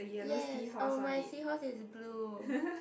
yes um my seahorse is blue